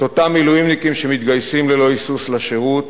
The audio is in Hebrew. את אותם מילואימניקים שמתגייסים ללא היסוס לשירות